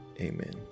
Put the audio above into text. amen